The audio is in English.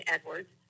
Edwards